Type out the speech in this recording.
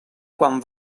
quan